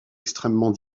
extrêmement